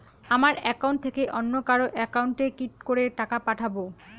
আমার একাউন্ট থেকে অন্য কারো একাউন্ট এ কি করে টাকা পাঠাবো?